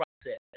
process